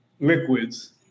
liquids